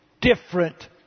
different